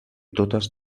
totes